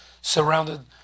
surrounded